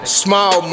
small